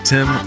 Tim